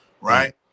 right